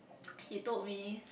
he told me